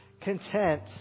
content